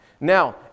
Now